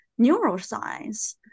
neuroscience